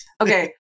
Okay